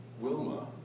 Wilma